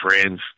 friends